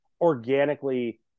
organically